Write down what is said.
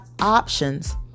options